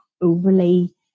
overly